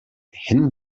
hind